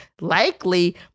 Likely